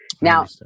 Now